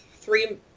three